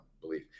believe